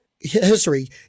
History